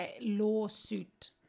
lawsuit